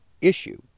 issue